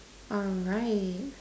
alright